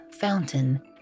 fountain